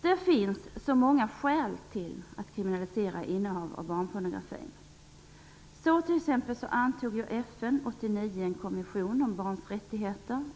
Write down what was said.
Det finns många skäl att kriminalsera innehav av barnpornografi. År 1989 antog t.ex. FN en konvention om barns rättigheter.